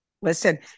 Listen